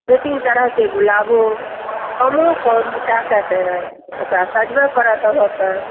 दू तीन तरहके गुलाबो कमो कम कए कएके ओकरा सजबै पड़त अहाँके